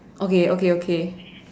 okay okay okay